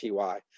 TY